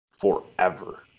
forever